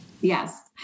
Yes